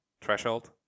Threshold